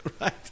Right